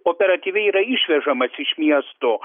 operatyviai yra išvežamas iš miesto